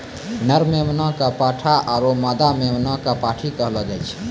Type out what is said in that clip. नर मेमना कॅ पाठा आरो मादा मेमना कॅ पांठी कहलो जाय छै